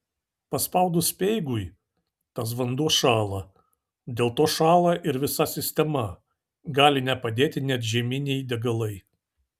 paspaudus speigui tas vanduo šąla dėl to šąla ir visa sistema gali nepadėti net žieminiai degalai